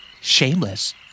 Shameless